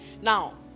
now